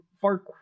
far